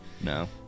No